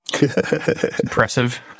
Impressive